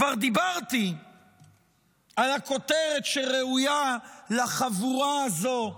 כבר דיברתי על הכותרת הראויה לחבורה הזו: